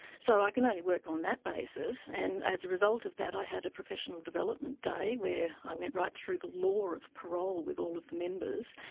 so i can only work on that basis, and as a result of that, i had a professional development day where i went right through the law of parole with all of the members,